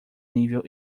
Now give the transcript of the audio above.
nível